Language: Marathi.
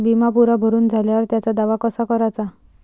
बिमा पुरा भरून झाल्यावर त्याचा दावा कसा कराचा?